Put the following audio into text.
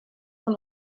von